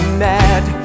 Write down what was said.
mad